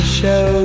show